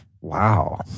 Wow